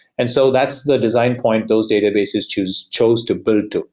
and so that's the design point those databases chose chose to build to.